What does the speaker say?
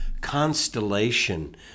constellation